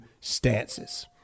stances